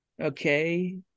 okay